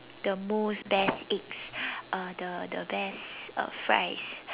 the most best eggs uh the the best uh fries